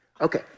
Okay